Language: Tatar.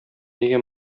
нигә